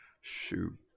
Shoot